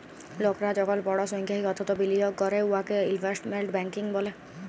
লকরা যখল বড় সংখ্যায় অথ্থ বিলিয়গ ক্যরে উয়াকে ইলভেস্টমেল্ট ব্যাংকিং ব্যলে